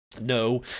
No